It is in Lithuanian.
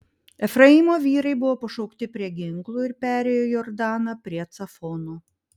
efraimo vyrai buvo pašaukti prie ginklų ir perėjo jordaną prie cafono